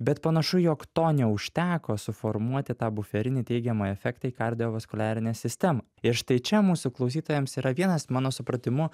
bet panašu jog to neužteko suformuoti tą buferinį teigiamą efektą į kardiovaskuliarinę sistemą ir štai čia mūsų klausytojams yra vienas mano supratimu